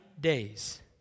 days